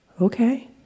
okay